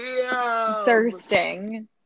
Thirsting